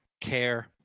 care